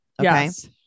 Yes